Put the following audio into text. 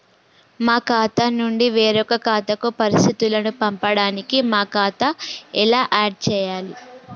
మా ఖాతా నుంచి వేరొక ఖాతాకు పరిస్థితులను పంపడానికి మా ఖాతా ఎలా ఆడ్ చేయాలి?